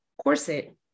corset